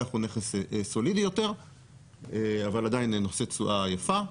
אג"ח הוא נכס סולידי יותר אבל עדיין נושא תשואה יפה,